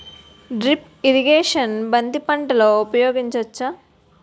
Drip irrigation బంతి పంటలో ఊపయోగించచ్చ?